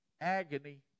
agony